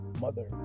Mother